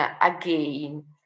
again